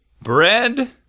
bread